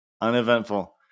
Uneventful